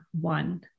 one